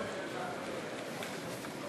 (חברי הכנסת מקדמים בקימה את פני נשיא